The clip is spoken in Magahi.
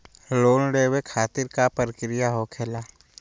लोन लेवे खातिर का का प्रक्रिया होखेला?